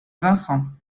vincent